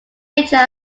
nature